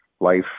life